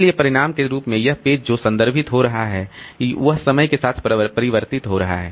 इसलिए परिणाम के रूप में यह पेज जो संदर्भित हो रहा है वह समय के साथ परिवर्तित हो रहा है